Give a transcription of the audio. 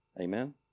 Amen